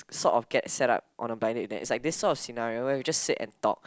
sort of get set up on a blind date then it's like this sort of scenario you just sit and talk